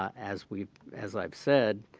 as we as i've said,